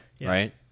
Right